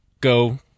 go